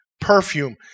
perfume